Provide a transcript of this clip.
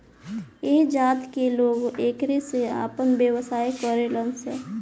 ऐह जात के लोग एकरे से आपन व्यवसाय करेलन सन